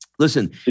Listen